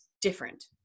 different